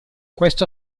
questo